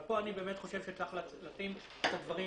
אבל פה אני חושב שצריך לשים את הדברים